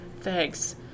Thanks